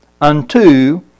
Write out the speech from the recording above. unto